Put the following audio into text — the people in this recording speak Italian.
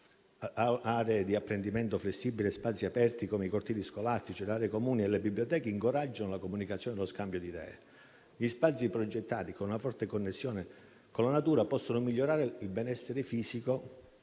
aree di apprendimento flessibili e spazi aperti come i cortili scolastici, le aree comuni e le biblioteche incoraggiano la comunicazione e lo scambio di idee. Gli spazi progettati con una forte connessione con la natura possono migliorare il benessere fisico